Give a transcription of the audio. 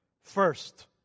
First